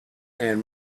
and